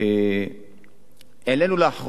העלינו לאחרונה,